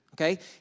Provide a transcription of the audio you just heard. okay